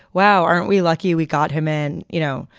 wow. aren't we lucky we got him in? you know,